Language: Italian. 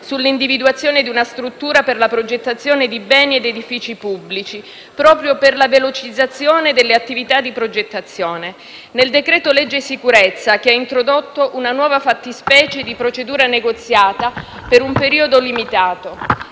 sull'individuazione di una struttura per la progettazione di beni ed edifici pubblici, proprio per la velocizzazione delle attività di progettazione; nel decreto-legge sicurezza, che ha introdotto una nuova fattispecie di procedura negoziata per un periodo limitato